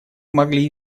могли